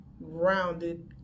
rounded